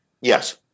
Yes